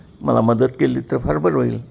मला मदत केली तर फार बरं होईल